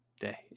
day